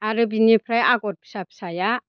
आरो बिनिफ्राय आगर फिसा फिसाया